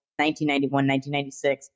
1991-1996